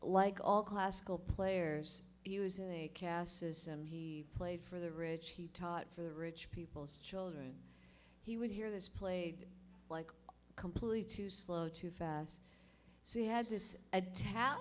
like all classical players is a caste system he played for the rich he taught for the rich people's children he would hear this played like complete too slow too fast so he had this